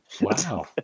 Wow